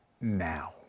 now